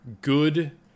good